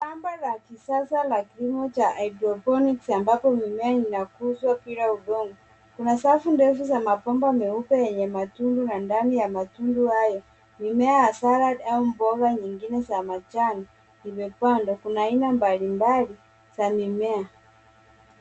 Shamba la kisasa la kilimo cha hydroponics ambapo mimea inakuzwa bila udongo. Kuna safu ndefu za mabomba meupe yenye matundu na ndani ya matundu hayo, mimea ya salad au mboga nyingine za majani, zimepandwa. Kuna aina mbalimbali, za mimea.